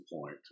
point